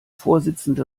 vorsitzende